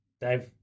Dave